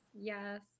Yes